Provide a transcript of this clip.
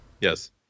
Yes